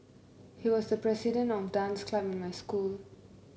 he was the president of dance club in my school